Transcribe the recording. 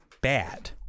bad